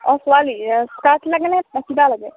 অঁ ছোৱালীৰ স্কাৰ্ট লাগেনে চুৰিদাৰ লাগে